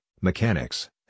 mechanics